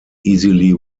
easily